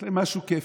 זה משהו כיפי,